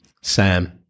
Sam